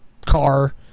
car